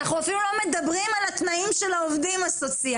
אנחנו אפילו לא מדברים על התנאים של העובדים הסוציאליים.